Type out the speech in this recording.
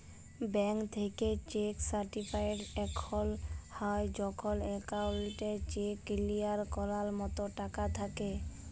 bank থ্যাইকে check certified তখল হ্যয় যখল একাউল্টে চ্যাক কিলিয়ার ক্যরার মতল টাকা থ্যাকে